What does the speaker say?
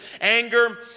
anger